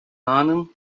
linen